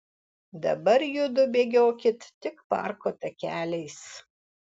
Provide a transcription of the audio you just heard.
dabar judu bėgiokit tik parko takeliais